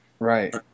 Right